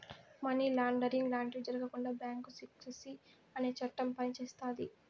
money laundering లాంటివి జరగకుండా bank secrecy అనే చట్టం పనిచేస్తాది